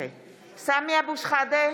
(קוראת בשמות חברי הכנסת) סמי אבו שחאדה,